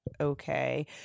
okay